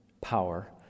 power